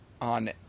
on